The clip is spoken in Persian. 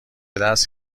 دست